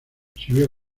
sirvió